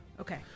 Okay